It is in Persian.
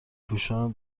پوشان